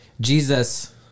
Jesus